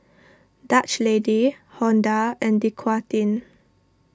Dutch Lady Honda and Dequadin